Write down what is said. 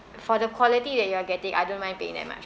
for the quality that you are getting I don't mind paying that much